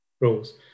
rules